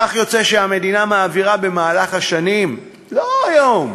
כך יוצא שהמדינה מעבירה במהלך השנים, לא היום,